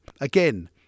again